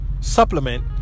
supplement